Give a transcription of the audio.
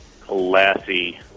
Classy